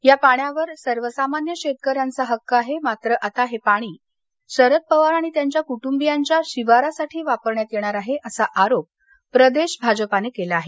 या पाण्यावर सर्वसामान्य शेतकऱ्यांचा हक्क आहे मात्र आता हे पाणी शरद पवार आणि त्यांच्या कुटुंबियांच्या शिवारासाठी वापरण्यात येणार आहे असा आरोप प्रदेश भाजपाने केला आहे